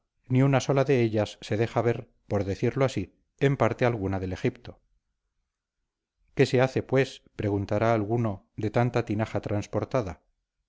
ni una sola de ellas se deja ver por decirlo así en parte alguna del egipto qué se hace pues preguntará alguno de tanta tinaja transportada